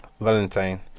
Valentine